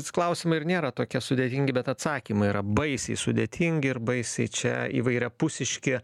s klausimai ir nėra tokie sudėtingi bet atsakymai yra baisiai sudėtingi ir baisiai čia įvairiapusiški